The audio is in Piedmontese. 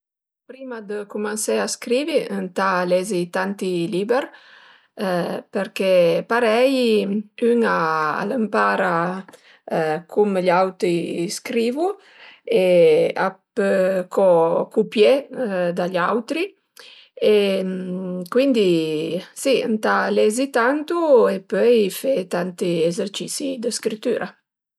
Prima dë cumansé a scrivi ëntà lezi tanti liber përché parei ün al ëmpara cum gl'auti scrivu e a pö co cupié da gl'autri e cuindi si ëntà lezi tantu e pöi fe tanti esercisi dë scritüra